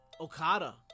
Okada